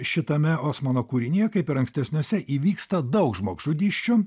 šitame osmano kūrinyje kaip ir ankstesniuose įvyksta daug žmogžudysčių